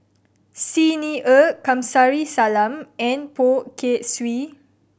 Xi Ni Er Kamsari Salam and Poh Kay Swee